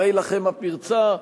הרי לכם הפרצה,